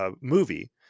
movie